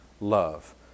love